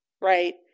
right